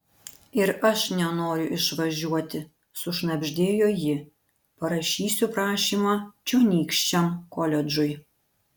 ir aš nenoriu išvažiuoti sušnabždėjo ji parašysiu prašymą čionykščiam koledžui